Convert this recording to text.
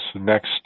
next